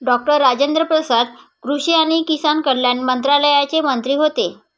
doctor Rajendra Prasad कृषी आणि किसान कल्याण मंत्रालयाचे मंत्री होते